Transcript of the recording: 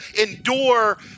endure